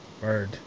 Bird